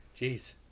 jeez